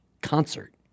concert